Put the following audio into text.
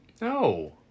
No